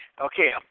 okay